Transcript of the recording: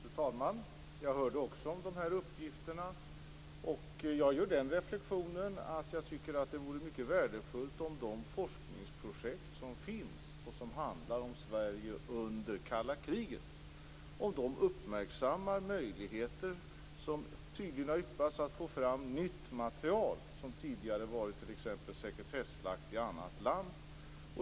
Fru talman! Jag hörde också om dessa uppgifter. Jag gör den reflexionen att jag tycker att det vore mycket värdefullt om de forskningsprojekt som finns och som handlar om Sverige under kalla kriget uppmärksammar de möjligheter som tydligen har yppats när det gäller att få fram nytt material som tidigare t.ex. varit sekretessbelagt i annat land.